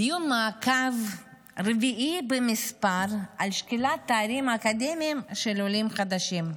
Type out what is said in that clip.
דיון מעקב רביעי במספר על שקילת תארים אקדמיים של עולים חדשים.